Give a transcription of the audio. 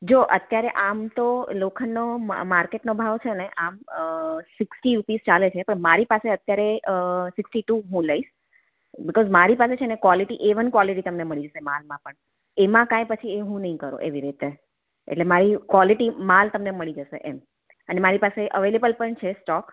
જો અત્યારે આમ તો લોખંડનો માર માર્કેટનો ભાવ છે ને આમ સિક્સટી રુપીસ ચાલે છે મારી પાસે અત્યારે સિક્સટી ટૂ હું લઈશ બીકોઝ મારી પાસે તમને છે ને એવન ક્વોલિટી મળી જશે માલમાં પણ એમાં કાંઈપણ હું પછી એ હું નહીં કરું એટલે એવી રીતે એટલે મારી ક્વોલિટી માલ તમને મળી જશે એમ અને મારી પાસે અવેલેબલ પણ છે સ્ટૉક